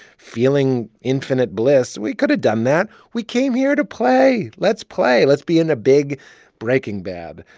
feeling infinite bliss, we could've done that. we came here to play. let's play. let's be in a big breaking bad.